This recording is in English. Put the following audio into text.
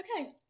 Okay